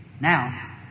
Now